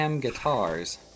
Guitars